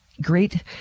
great